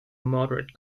moderate